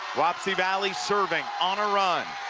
wapsie valley serving, on a run.